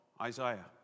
Isaiah